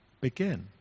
begin